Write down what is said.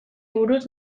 buruz